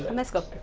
and let's go